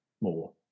more